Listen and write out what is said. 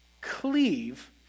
cleave